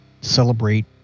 celebrate